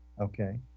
Okay